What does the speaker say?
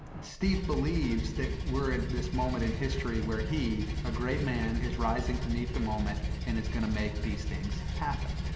steve believes that we're at this moment in history where he, a great man, is rising to meet the moment and is going to make these things happen.